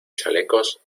chalecos